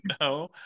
no